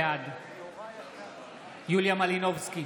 בעד יוליה מלינובסקי,